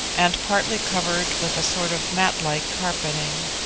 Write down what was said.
and partly covered with a sort of matlike carpeting.